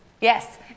Yes